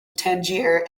tangier